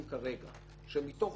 כרגע זה שמתוך